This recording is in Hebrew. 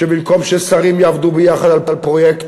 שבמקום ששרים יעבדו ביחד על פרויקט,